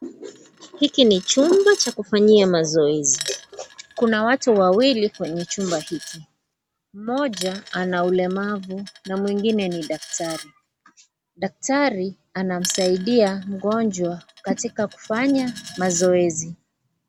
Hiki ni chumba cha kufanyia mazoezi. Kuna watu wawili kwenye chumba hiki, mmoja ana ulemavu na mwingine ni daktari. Daktari anamsaidia mgonjwa katika kufanya mazoezi.